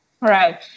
Right